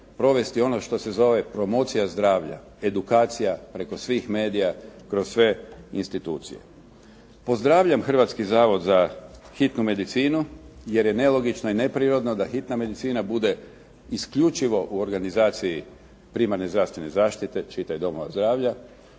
provesti ono što se zove promocija zdravlja, edukacija preko svih medija, kroz sve institucije. Pozdravljam Hrvatski zavod za hitnu medicinu jer je nelogično i neprirodno da hitna medicina bude isključivo u organizaciji primarne zdravstvene zaštite, čitaj doma zdravlja,